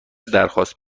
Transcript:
درخواست